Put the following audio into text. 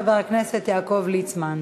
חבר הכנסת יעקב ליצמן.